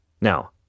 Now